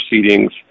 proceedings